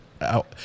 out